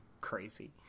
Crazy